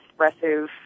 expressive